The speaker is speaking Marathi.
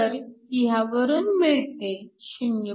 तर ह्यावरून मिळते 0